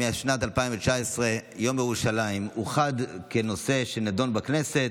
משנת 2019 יום ירושלים אוחד כנושא הנדון בכנסת